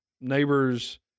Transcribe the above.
neighbors